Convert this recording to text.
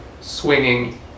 swinging